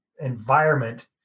environment